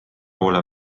poole